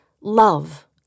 love